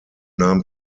nahm